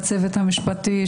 לצוות המשפטי,